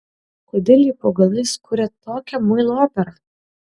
kodėl ji po galais kuria tokią muilo operą